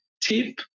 tip